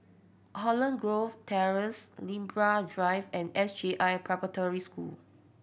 Holland Grove Terrace Libra Drive and S J I Preparatory School